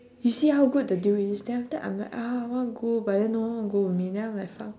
you see how good the deal is then after that I'm like ah I want go but then no one want go with me then I'm like fuck